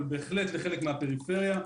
אבל בהחלט לחלק מהפריפריה.